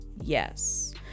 Yes